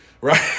right